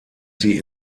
sie